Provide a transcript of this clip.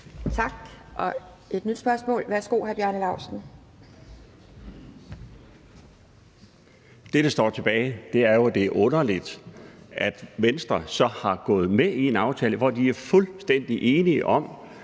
hr. Bjarne Laustsen. Kl. 10:18 Bjarne Laustsen (S): Det, der står tilbage, er, at det er underligt, at Venstre så er gået med i en aftale, hvor de er fuldstændig enige i,